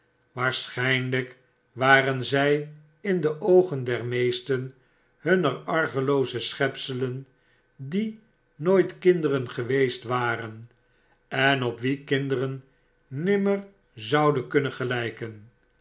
waarschplgk waren zy in de oogen der meesten hunner argelooze schepselen die nooit kinderen geweest waren en op wie kinderen nimmer zouden kunnen gelyken